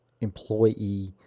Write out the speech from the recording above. employee